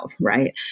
right